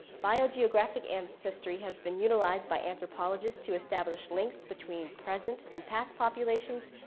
biogeographic ancestry has been utilized by anthropologist to establish links between present and past populations,